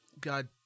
god